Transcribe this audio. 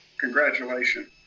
Congratulations